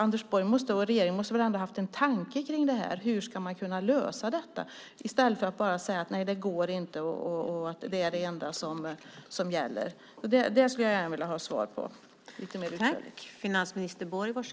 Anders Borg och regeringen måste väl ändå ha haft en tanke på hur man ska kunna lösa detta i stället för att bara säga att det inte går och att det är det enda som gäller. Det skulle jag gärna vilja ha ett lite mer utförligt svar på.